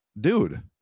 dude